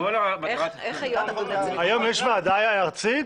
יש ועדה ארצית?